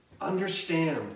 understand